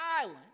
island